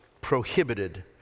prohibited